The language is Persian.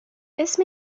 اسم